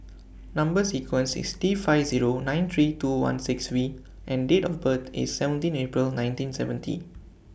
Number sequence IS T five Zero nine three two one six V and Date of birth IS seventeen April nineteen seventy